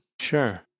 Sure